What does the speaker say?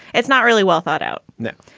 it's not really well-thought out. now,